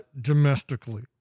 Domestically